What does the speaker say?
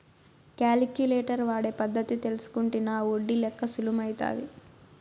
calculator వాడే పద్ధతి తెల్సుకుంటినా ఒడ్డి లెక్క సులుమైతాది